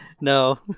No